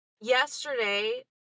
Yesterday